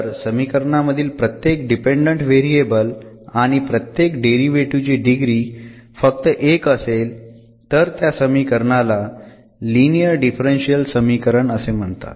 जर समीकरणामधील प्रत्येक डिपेंडंट व्हेरिएबल आणि प्रत्येक डेरिव्हेटीव्ह ची डिग्री फक्त एक असेल तर त्या समीकरणाला लिनियर डिफरन्शियल समीकरण म्हणतात